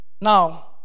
Now